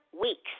weeks